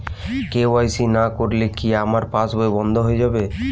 KYC না করলে কি আমার পাশ বই বন্ধ হয়ে যাবে?